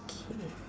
K